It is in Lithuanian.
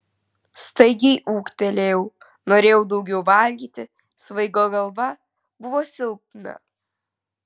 staigiai ūgtelėjau norėjau daugiau valgyti svaigo galva buvo silpna